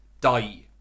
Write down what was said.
die